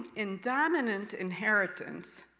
in dominant inheritance,